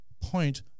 point